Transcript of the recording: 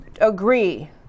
agree